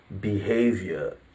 ...behavior